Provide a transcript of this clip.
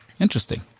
interesting